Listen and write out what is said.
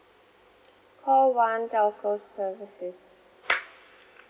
call one telco services